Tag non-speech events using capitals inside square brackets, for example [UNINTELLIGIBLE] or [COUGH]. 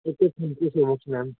[UNINTELLIGIBLE] ma'am